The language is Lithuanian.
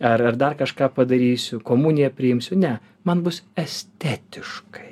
ar ar dar kažką padarysiu komuniją priimsiu ne man bus estetiškai